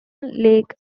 lake